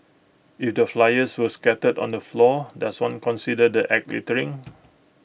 if the flyers were scattered on the floor does one consider the act littering